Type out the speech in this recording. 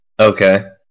Okay